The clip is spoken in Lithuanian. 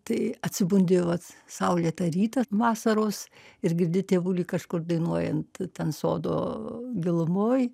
tai atsibundi vat saulėtą rytą vasaros ir girdi tėvulį kažkur dainuojant ten sodo gilumoj